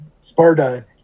Sparta